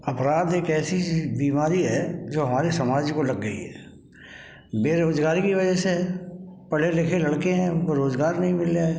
अपराध एक ऐसी बीमारी है जो हमारे समाज को लग गयी है बेरोज़गारी की वजह से पढ़े लिखे लड़के हैं उनको रोज़गार नहीं मिल रहा है